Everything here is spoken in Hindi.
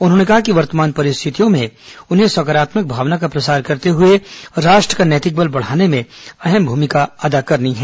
उन्होंने कहा कि वर्तमान परिस्थितियों में उन्हें सकारात्मक भावना का प्रसार करते हुए राष्ट्र का नैतिक बल बढाने में महत्वपूर्ण भूमिका अदा करनी है